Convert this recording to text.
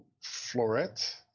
Florette